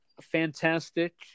fantastic